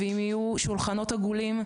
ואם יהיו שולחנות עגולים,